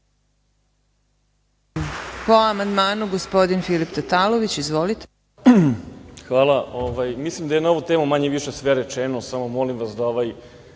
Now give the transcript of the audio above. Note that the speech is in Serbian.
Hvala. Mislim da je na ovu temu manje više sve rečeno. Molim vas da